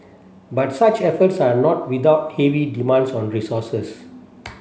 but such efforts are not without heavy demands on resources